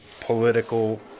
political